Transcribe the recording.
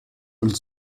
und